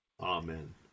Amen